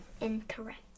Incorrect